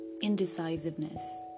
indecisiveness